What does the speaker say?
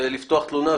ולפתוח תלונה,